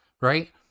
right